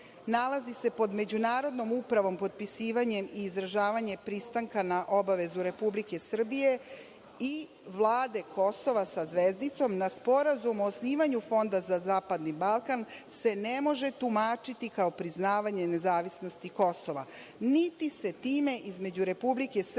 nalazi se pod međunarodnom upravom potpisivanje i izražavanje pristanka na obavezu Republike Srbije i vlade Kosova, sa zvezdicom, na sporazum o osnivanju Fonda za zapadni Balkan se ne može tumačiti kao priznavanje nezavisnosti Kosova, niti se time između Republike Srbije